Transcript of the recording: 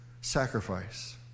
sacrifice